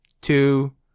two